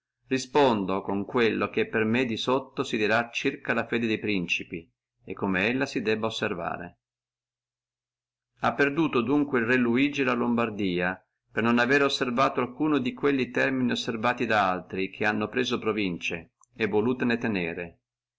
respondo con quello che per me di sotto si dirà circa la fede de principi e come la si debbe osservare ha perduto adunque el re luigi la lombardia per non avere osservato alcuno di quelli termini osservati da altri che hanno preso provincie e volutole tenere